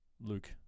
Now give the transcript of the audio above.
luke